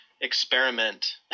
experiment